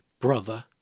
brother